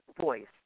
voice